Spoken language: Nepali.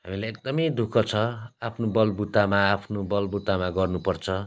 हामीलाई एकदमै दुःख छ आफ्नो बलबुतामा आफ्नो बलबुतामा गर्नुपर्छ